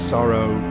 Sorrow